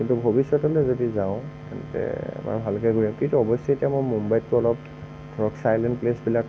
কিন্তু ভৱিষ্যতলৈ যদি যাওঁ তেন্তে মই ভালকৈ গৈ কিন্তু অৱশ্যে এতিয়া মুম্বাইতকৈ অলপ অলপ চাইলেন্ট প্লেচবিলাক